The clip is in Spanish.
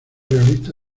realista